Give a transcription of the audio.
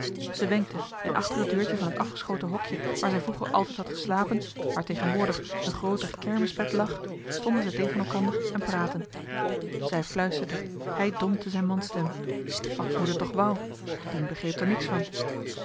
zij wenkte en achter het deurtje van het afgeschoten hokje waar zij vroeger altijd had geslapen waar tegenwoordig een grooter kermisbed lag stonden zij tegen elkander en praatten zij fluisterde hij dompte zijn mansstem wat moeder toch wou dien begreep d'er niks van